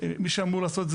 מי שאמור לעשות את זה,